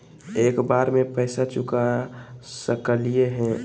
एक बार में पैसा चुका सकालिए है?